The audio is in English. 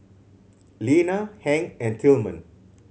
Lena Hank and Tilman